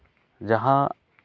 ᱡᱟᱦᱟᱸ